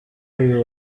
uyu